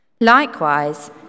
Likewise